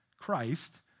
Christ